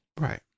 Right